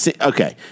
Okay